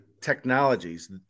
technologies